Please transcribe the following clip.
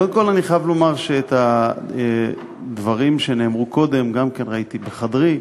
קודם כול אני חייב לומר שאת הדברים שנאמרו קודם גם ראיתי בחדרי,